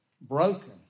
broken